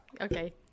okay